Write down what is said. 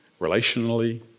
Relationally